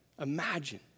imagine